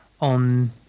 on